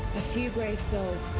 a few brave souls,